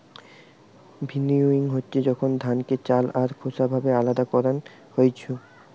ভিন্নউইং হচ্ছে যখন ধানকে চাল আর খোসা ভাবে আলদা করান হইছু